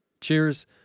Cheers